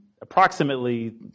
approximately